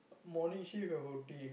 morning shift have O_T